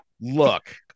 Look